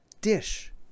dish